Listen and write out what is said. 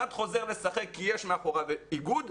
אחד חוזר לשחק כי יש מאחוריו איגוד,